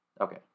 Okay